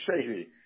shady